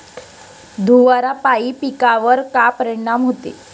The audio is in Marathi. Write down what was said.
धुवारापाई पिकावर का परीनाम होते?